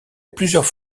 plusieurs